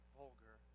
vulgar